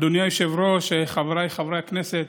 אדוני היושב-ראש, חבריי חברי הכנסת,